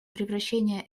превращения